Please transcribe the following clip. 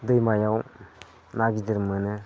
दैमायाव ना गिदिर मोनो